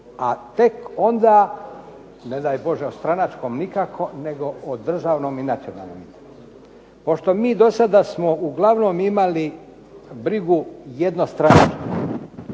A tek onda, ne daj Bože o stranačkom nikako, nego o državnom i nacionalnom. Pošto mi do sada smo uglavnom imali brigu …/Ne razumije